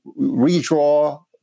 redraw